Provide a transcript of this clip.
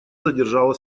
задержала